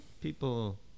People